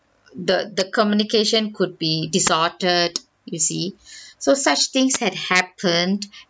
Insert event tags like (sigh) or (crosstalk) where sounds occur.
the the communication could be distorted you see (breath) so such things had happened